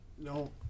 No